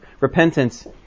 repentance